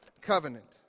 covenant